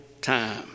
time